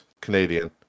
Canadian